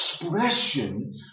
expression